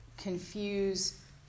confuse